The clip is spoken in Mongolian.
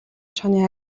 чонын